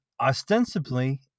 ostensibly